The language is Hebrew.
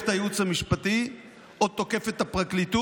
את הייעוץ המשפטי או תוקף את הפרקליטות,